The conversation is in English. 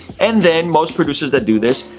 and then, most producers that do this,